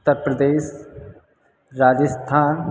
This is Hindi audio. उत्तरप्रदेश राजस्थान